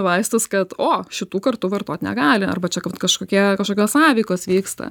vaistus kad o šitų kartu vartot negali arba čia kažkokie kašokios sąveikos vyksta